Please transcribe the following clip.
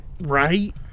Right